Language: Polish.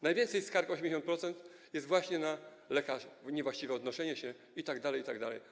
Najwięcej skarg, 80%, jest właśnie na lekarzy, niewłaściwe odnoszenie się itd., itd.